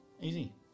Easy